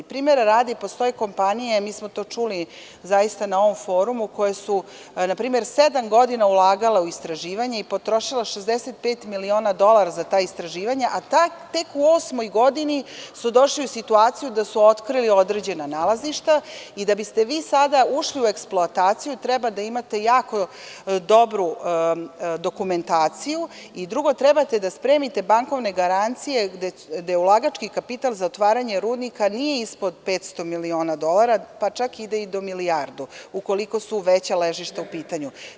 Primera radi, postoje kompanije, mi smo to čuli na forumu, koje su sedam godina ulagale u istraživanja i potrošile 65 miliona dolara za istraživanja, a tek u osmoj godini su došle u situaciju da su otkrile određena nalazišta i da biste vi sada ušli u eksploataciju treba da imate jako dobru dokumentaciju i treba da spremite bankovne garancije gde ulagački kapital za otvaranje rudnika nije ispod 500 miliona dolara, pa čak ide i do milijardu ukoliko su veća ležišta u pitanju.